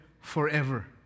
forever